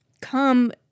come